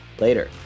later